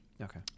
Okay